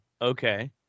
Okay